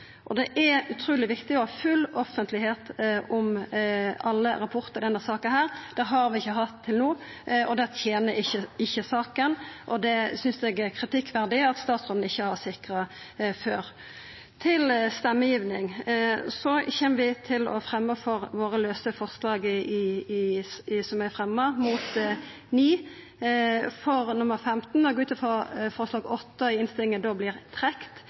bagatelliserast. Det er utruleg viktig å ha full offentlegheit om alle rapportar i denne saka. Det har vi ikkje hatt til no, og det tener ikkje saka. Eg synest det er kritikkverdig at statsråden ikkje har sikra det før. Til stemmegivinga: Vi kjem til å stemma for dei lause forslaga som vi har fremja, mot forslag nr. 9 og for forslag nr. 15. Eg går ut frå at forslag nr. 8 i innstillinga, om gransking, da vert trekt.